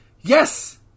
Yes